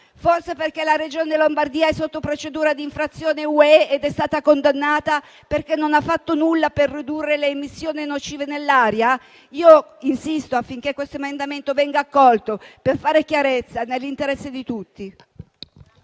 Forse perché la Regione Lombardia è sotto procedura di infrazione UE ed è stata condannata perché non ha fatto nulla per ridurre le emissioni nocive nell'aria? Insisto affinché questo emendamento venga accolto, per fare chiarezza nell'interesse di tutti.